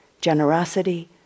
generosity